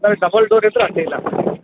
sir double door ಇದ್ರ ಅಡ್ಡಿಲ್ಲ